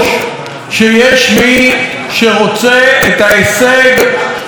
שיש מי שאת ההישג היפה הזה,